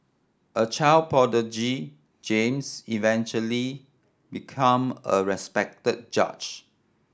a child prodigy James eventually become a respected judge